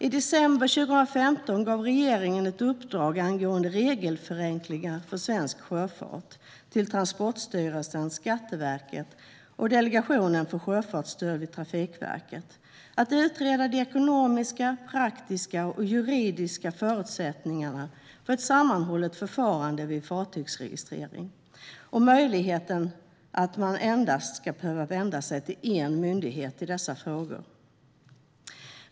I december 2015 gav regeringen ett uppdrag angående regelförenklingar för svensk sjöfart till Transportstyrelsen, Skatteverket och Delegationen för sjöfartsstöd vid Trafikverket att utreda de ekonomiska, praktiska och juridiska förutsättningarna för ett sammanhållet förfarande vid fartygsregistrering och möjligheten att vända sig till endast en myndighet i dessa frågor.